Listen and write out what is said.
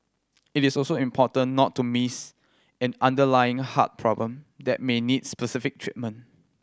it is also important not to miss an underlying heart problem that may need specific treatment